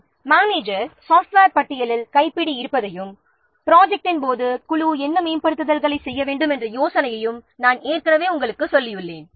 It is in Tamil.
ப்ராஜெக்ட் மேனேஜர் சாஃப்ட்வேரின் பட்டியல் மற்றும் என்ன வகையான மேம்படுத்தல்கள் குழுவிற்கு ப்ராஜெக்ட் செய்யும்போது தேவை என்ற யோசனையையும் திட்டத்தின் போது ஹேன்டல் பண்ணியிருக்கலாம்